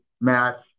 Matt